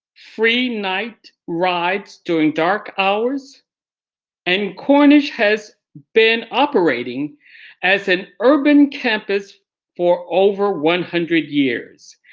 free night rides during dark hours and cornish has been operating as an urban campus for over one hundred years.